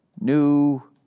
New